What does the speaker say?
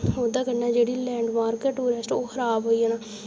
ओह्दे कन्नै जेह्ड़ी लैंडमार्क ऐ टूरिस्ट ओह् खराब होई जाना